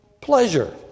pleasure